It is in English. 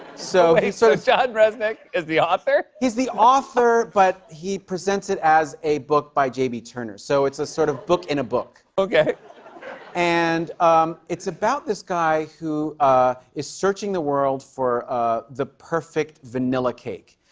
so so, jon reznick is the author? he's the author but he presents it as a book by j b. turner. so, it's a sort of book in a book. okay and it's about this guy who ah is searching the world for ah the perfect vanilla cake.